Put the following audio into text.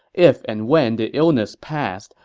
if and when the illness passes,